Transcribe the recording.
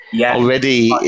Already